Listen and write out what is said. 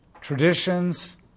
Traditions